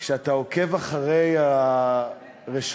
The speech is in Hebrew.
אתה עוקב אחרי הרשתות,